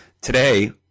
Today